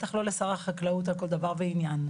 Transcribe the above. בטח לא לשר החקלאות על כל דבר ועניין.